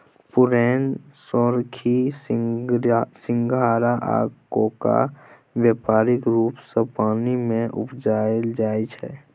पुरैण, सोरखी, सिंघारि आ कोका बेपारिक रुप सँ पानि मे उपजाएल जाइ छै